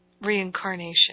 reincarnation